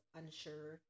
unsure